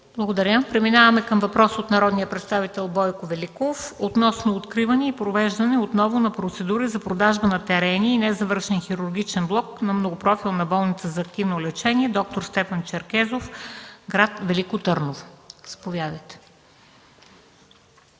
Благодаря. Преминаваме към въпрос от народния представител Бойко Великов относно откриване и провеждане отново на процедури за продажба на терени и незавършен хирургичен блок на Многопрофилна болница за активно лечение „Д-р Стефан Черкезов” – град Велико Търново. Заповядайте!